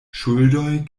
ŝuldoj